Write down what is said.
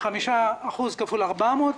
5% כפול 400,